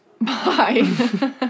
Bye